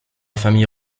famille